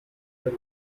her